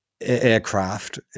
aircraft